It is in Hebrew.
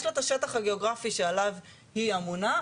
יש לה את השטח הגיאוגרפי שעליו היא אמונה,